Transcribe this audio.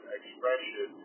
expression